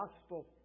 Gospel